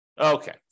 Okay